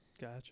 Gotcha